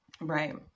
Right